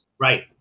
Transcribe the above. Right